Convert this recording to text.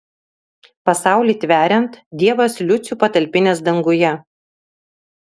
pasaulį tveriant dievas liucių patalpinęs danguje